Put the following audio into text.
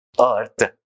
earth